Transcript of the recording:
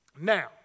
Now